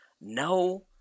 No